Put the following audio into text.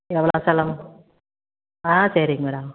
எவ்வளோ செலவு ஆ சேரிங்க மேடம்